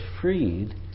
freed